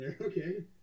Okay